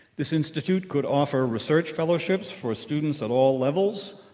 this institute could offer research fellowships for students at all levels,